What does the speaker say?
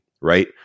Right